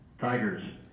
Tigers